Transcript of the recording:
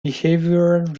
behavioral